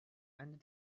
and